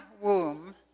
womb